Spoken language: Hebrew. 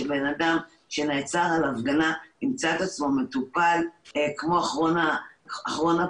שבן אדם שנעצר בגין הפגנה ימצא את עצמו מטופל כמו אחרון הפושעים.